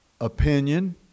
opinion